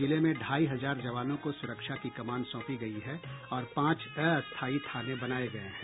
जिले में ढाई हजार जवानों को सुरक्षा की कमान सौंपी गयी है और पांच अस्थायी थाने बनाये गये हैं